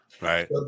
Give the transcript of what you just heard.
Right